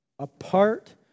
Apart